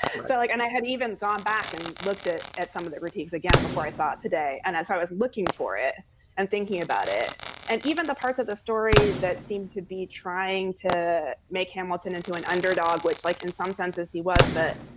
felt like i had even gone back and looked at at some of the critiques again before i saw it today. and as i was looking for it and thinking about it and even the parts of the story that seem to be trying to make hamilton into an underdog, which like in some senses he was. but,